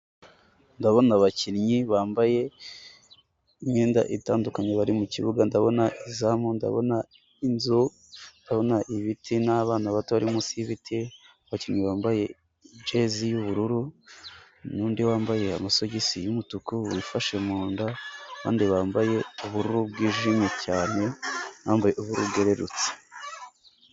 Ndabona abakinnyi bambaye imyenda itandukanye bari mu kibuga ndabona izamu, ndabona inzu, ndabona ibiti n'abana bato bari munsi y'ibiti. Abakinnyi bambaye jezi y'ubururu n'undi wambaye amasogisi y'umutuku wifashe mu nda, abandi bambaye ubururu bwijimye cyane n'abambaye ubururu bwererutse.